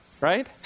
right